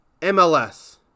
MLS